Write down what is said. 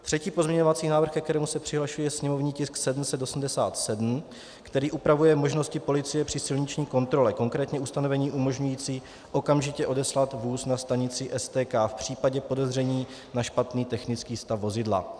Třetí pozměňovací návrh, ke kterému se přihlašuji, je sněmovní tisk 787, který upravuje možnosti policie při silniční kontrole, konkrétně ustanovení umožňující okamžitě odeslat vůz na stanici STK v případě podezření na špatný technický stav vozidla.